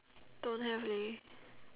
don't have leh